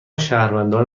شهروندان